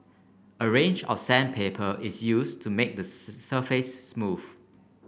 a range of sandpaper is use to make the surface smooth